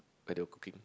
where they were cooking